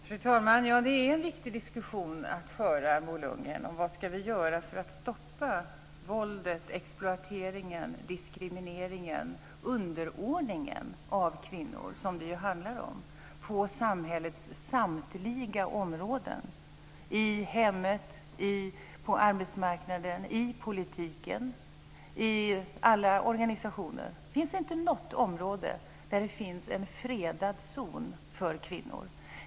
Fru talman! Det är en viktigt diskussion att föra, Bo Lundgren, om vad vi ska göra för att stoppa våldet, exploateringen, diskrimineringen, underordningen av kvinnor på samhällets samtliga områden, i hemmet, på arbetsmarknaden, i politiken, i alla organisationer. Det finns inte något område där det finns en fredad zon för kvinnor.